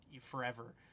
forever